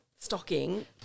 stocking